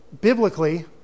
biblically